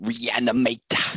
Reanimate